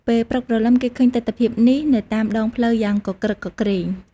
ពេលព្រឹកព្រលឹមគេឃើញទិដ្ឋភាពនេះនៅតាមដងផ្លូវយ៉ាងគគ្រឹកគគ្រេង។